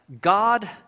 God